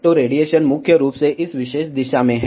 तो रेडिएशन मुख्य रूप से इस विशेष दिशा में है